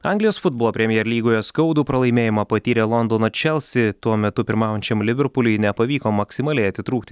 anglijos futbolo premjer lygoje skaudų pralaimėjimą patyrė londono čelsi tuo metu pirmaujančiam liverpuliui nepavyko maksimaliai atitrūkti